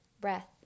breath